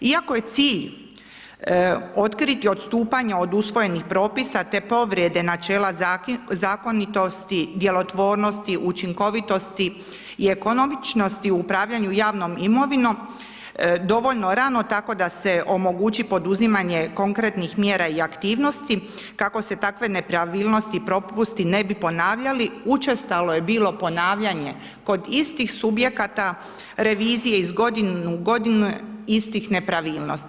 Iako je cilj otkriti odstupanje od usvojenih propisa te povrede načela zakonitosti, djelotvornosti, učinkovitosti i ekonomičnosti u upravljanju javnom imovinom dovoljno rano tako se da se omogući poduzimanje konkretnih mjera i aktivnosti kako se takve nepravilnosti i propusti ne bi ponavljali, učestalo je bilo ponavljanje kod istih subjekata revizije iz godine u godinu istih nepravilnosti.